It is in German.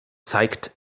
zeigt